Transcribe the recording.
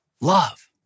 love